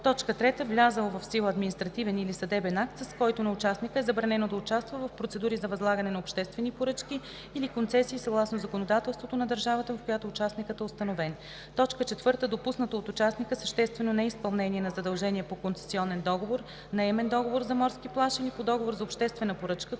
3. влязъл в сила административен или съдебен акт, с който на участника е забранено да участва в процедури за възлагане на обществени поръчки или концесии съгласно законодателството на държавата, в която участникът е установен; 4. допуснато от участника съществено неизпълнение на задължение по концесионен договор, наемен договор за морски плаж или по договор за обществена поръчка,